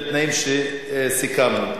בתנאים שסיכמנו.